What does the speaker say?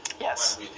Yes